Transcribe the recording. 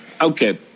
Okay